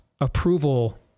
approval